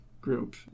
group